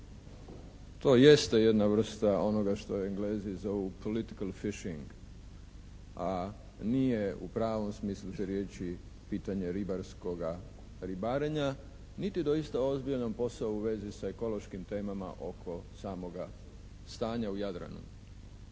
To jeste jedna vrsta onoga što Englezi zovu political fishing, a nije u pravom smislu te riječi pitanje ribarskoga ribarenja niti doista ozbiljan posao u vezi sa ekološkim temama oko samoga stanja u Jadranu.